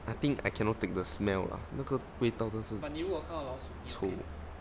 I think I cannot take the smell lah 那个味道真是臭